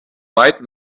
white